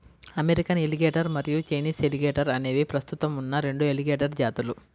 American alligator మరియు Chinese alligator అనేవి ప్రస్తుతం ఉన్న రెండు ఎలిగేటర్ జాతులు